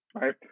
right